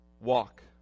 Walk